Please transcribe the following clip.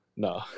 No